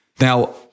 Now